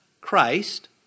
Christ